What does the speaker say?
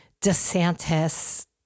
DeSantis